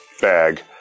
bag